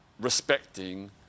respecting